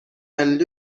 and